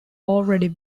already